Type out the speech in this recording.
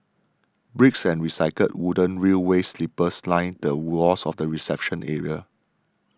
bricks and recycled wooden railway sleepers line the walls of the reception area